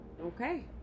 Okay